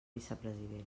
vicepresident